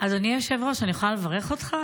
אדוני היושב-ראש, אני יכולה לברך אותך?